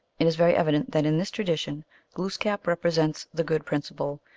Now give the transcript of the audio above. it is very evident that in this tradition glooskap represents the good principle,